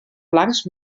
blancs